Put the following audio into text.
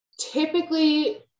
typically